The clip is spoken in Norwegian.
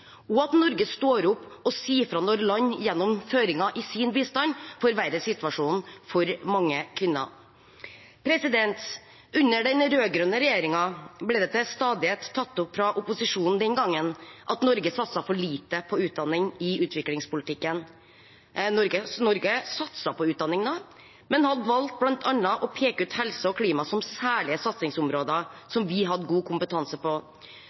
og at Norge står opp og sier ifra når land gjennom føringer i sin bistand forverrer situasjonen for mange kvinner. Under den rød-grønne regjeringen ble det fra opposisjonen den gangen til stadighet tatt opp at Norge satset for lite på utdanning i utviklingspolitikken. Norge satset på utdanning da, men hadde valgt bl.a. å peke ut helse og klima som særlige satsingsområder vi hadde god kompetanse på.